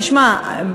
תשמע,